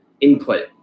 input